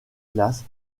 classe